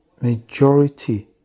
majority